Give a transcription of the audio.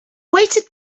waited